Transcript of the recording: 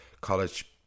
college